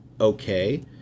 okay